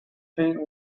paint